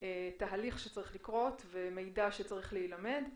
תהליך שצריך לקרות ומידע שצריך להילמד.